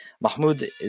mahmoud